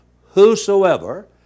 Whosoever